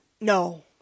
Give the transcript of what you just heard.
No